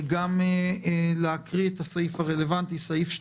ואחר כך נעבור להסדר הנוסף בחוק-היסוד,